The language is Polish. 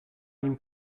nim